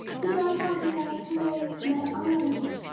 that i hardly like to raise my eyes.